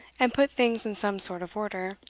and put things in some sort of order,